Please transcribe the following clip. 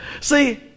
See